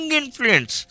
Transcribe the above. influence